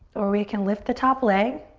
or we can lift the top leg.